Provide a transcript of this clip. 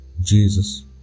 Jesus